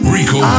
Rico